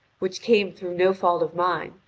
which came through no fault of mine,